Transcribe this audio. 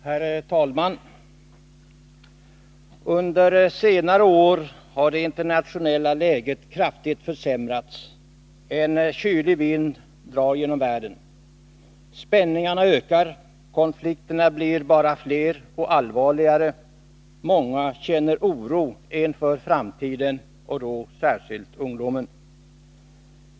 Herr talman! Under senare år har det internationella läget kraftigt försämrats. En kylig vind drar genom världen. Spänningarna ökar, och konflikterna blir bara fler och allvarligare. Många känner oro inför framtiden, och det gäller särskilt ungdomen.